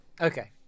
Okay